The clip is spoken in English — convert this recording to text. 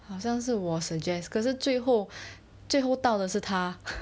好像是我 suggest 可是最后最后到的是他